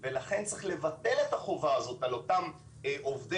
ולכן צריך לבטל את החובה הזאת על אותם עובדי